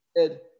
Ed